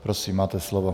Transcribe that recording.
Prosím, máte slovo.